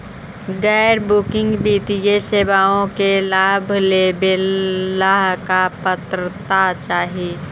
गैर बैंकिंग वित्तीय सेवाओं के लाभ लेवेला का पात्रता चाही?